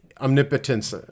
omnipotence